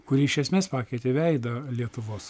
kuri iš esmės pakeitė veidą lietuvos žiauriai